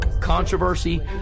Controversy